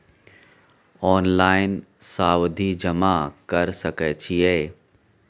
Online सावधि जमा कर सके छिये?